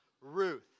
Ruth